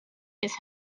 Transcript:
his